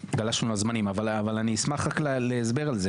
ואשמח להסבר.